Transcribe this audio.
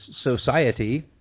society